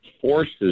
forces